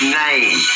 name